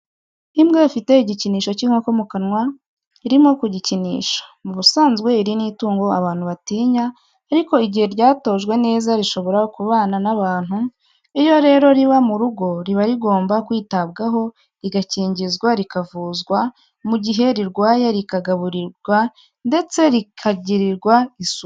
Imbwa ifite igikinisho cy'inkoko mu kanwa irimo kugikinisha ,mu busanzwe iri ni itungo abantu batinya, ariko igihe ryatojwe neza rishobora kubana n'abantu iyo rero riba mu rugo riba rigomba kwitabwaho rigakingizwa rikavuzwa mu gihe rirwaye rikagaburirwa ndetse rikagirirwa isuku.